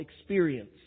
experience